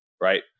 right